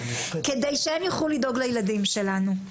כדי שהם יוכלו לדאוג לילדים שלנו.